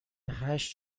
هشت